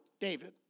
David